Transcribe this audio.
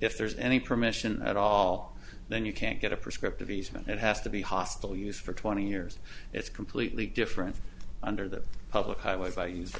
if there's any permission at all then you can't get a prescriptive easement it has to be hostile use for twenty years it's completely different under the public highways i use